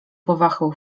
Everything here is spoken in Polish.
powahał